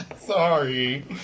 Sorry